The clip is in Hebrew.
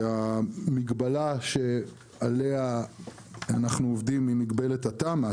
שהמגבלה שעליה אנחנו עובדים היא מגבלת התמ"א,